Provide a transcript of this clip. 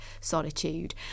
solitude